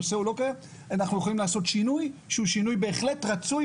אנחנו יכולים לעשות שינוי שהוא שינוי בהחלט רצוי